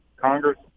Congress